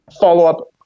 follow-up